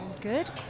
good